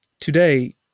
today